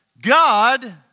God